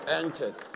entered